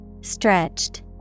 Stretched